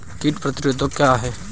कीट प्रतिरोधी क्या है?